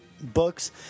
Books